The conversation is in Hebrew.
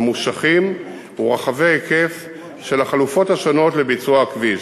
ממושכים ורחבי היקף של החלופות השונות לביצוע הכביש,